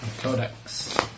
Codex